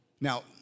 Now